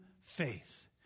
faith